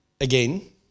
again